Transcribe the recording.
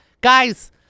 Guys